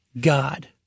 God